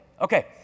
Okay